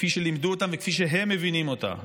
כפי שלימדו אותם וכפי שהם מבינים אותה,